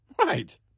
Right